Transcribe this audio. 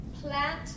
plant